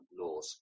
laws